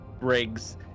rigs